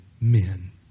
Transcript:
men